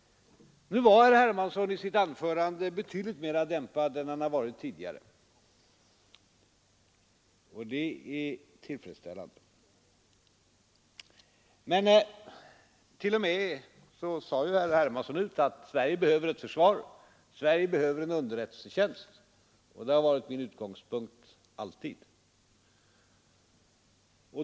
Nu var herr Hermansson i sitt anförande betydligt mera dämpad än han varit tidigare, och det är tillfredsställande. Herr Hermansson sade t.o.m. ut att Sverige behöver ett försvar och en underrättelsetjänst och att det alltid varit hans utgångspunkt.